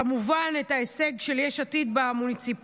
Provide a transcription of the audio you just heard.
כמובן את ההישג של יש עתיד במוניציפלי,